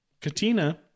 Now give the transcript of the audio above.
Katina